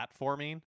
platforming